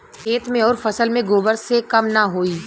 खेत मे अउर फसल मे गोबर से कम ना होई?